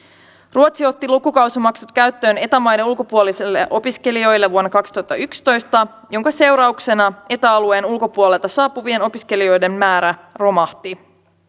ruotsi otti lukukausimaksut käyttöön eta maiden ulkopuolisille opiskelijoille vuonna kaksituhattayksitoista minkä seurauksena eta alueen ulkopuolelta saapuvien opiskelijoiden määrä romahti